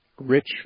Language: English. rich